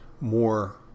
more